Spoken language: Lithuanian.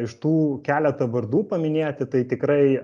iš tų keletą vardų paminėti tai tikrai